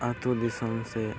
ᱟᱹᱛᱩᱼᱫᱤᱥᱚᱢ ᱥᱮ